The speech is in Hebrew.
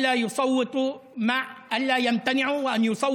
שלא יצביעו בעד,